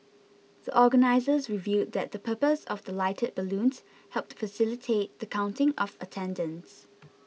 the organisers revealed that the purpose of the lighted balloons helped facilitate the counting of attendance